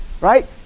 Right